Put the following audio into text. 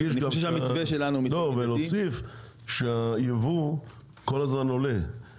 אני חושב שהמתווה שלנו מבחינתי -- לא ולהוסיף שהייבוא כל הזמן עולה,